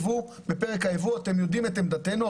אתם יודעים את עמדתנו.